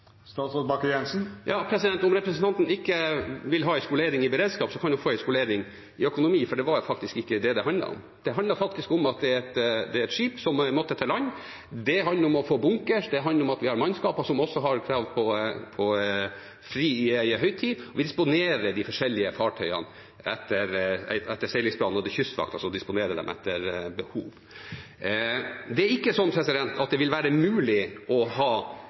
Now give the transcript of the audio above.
Om representanten ikke vil ha en skolering i beredskap, så kan hun få en skolering i økonomi, for det var faktisk ikke det det handlet om. Det handlet om et skip som måtte til land. Det handlet om å få bunkre, det handlet om at vi har mannskap som har krav på fri i høytidene. Vi disponerer de forskjellige fartøyene etter en seilingsplan, og det er Kystvakten som disponerer dem etter behov. Det vil ikke være mulig å ha fartøy til stede overalt. Kystvaktens oppgave er territoriell kontroll, det er ressurskontroll, og det å